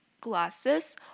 glasses